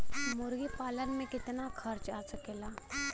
मुर्गी पालन में कितना खर्च आ सकेला?